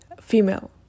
female